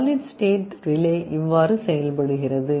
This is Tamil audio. சாலிட் ஸ்டேட் ரிலே இவ்வாறு செயல்படுகிறது